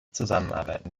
zusammenarbeiten